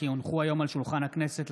כי הונחו היום על שולחן הכנסת,